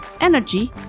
energy